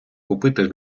купити